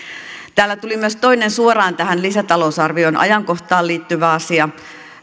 täällä tuli myös toinen suoraan tähän lisätalousarvion ajankohtaan liittyvä asia